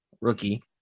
rookie